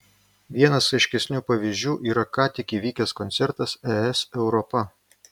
vienas aiškesnių pavyzdžių yra ką tik įvykęs koncertas es europa